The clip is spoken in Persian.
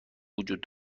وجود